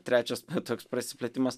trečias toks prasiplėtimas